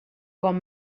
com